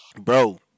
Bro